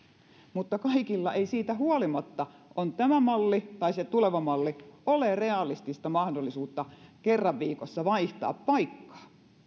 mutta kaikilla ei siitä huolimatta on tämä malli tai se tuleva malli ole realistista mahdollisuutta kerran viikossa vaihtaa paikkaa